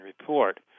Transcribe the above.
report